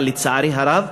אבל לצערי הרב,